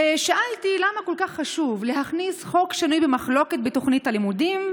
שאלתי: למה כל כך חשוב להכניס חוק שנוי במחלוקת לתוכנית הלימודים?